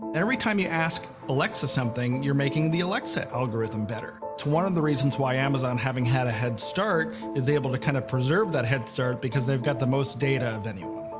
every time you ask alexa something, you're making the alexa algorithm better. it's one of the reasons why amazon, having had a head start, is able to kind of preserve that head start, because they've got the most data of anyone.